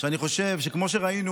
כמו שראינו,